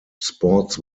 sports